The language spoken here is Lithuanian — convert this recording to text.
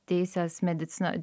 teisės medicina